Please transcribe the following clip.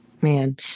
Man